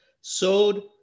sowed